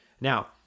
now